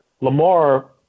Lamar